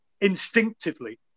instinctively